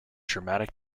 dramatic